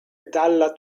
dalla